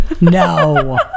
no